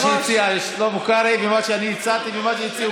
מה שהציע שלמה קרעי ומה שאני הצעתי ומה שהציעו